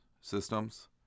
systems